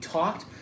talked